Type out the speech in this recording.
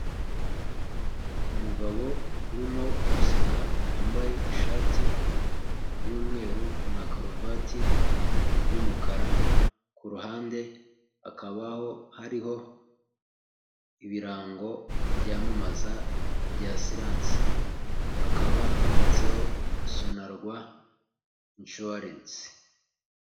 Umugabo urimo guseka wambaye ishati y'umweru na karuvati y'umukara ku ruhande hakabaho, hariho ibirango byamamaza bya asiransi; hakaba ahanditseho Sonarwa inshuwarensi.